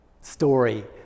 story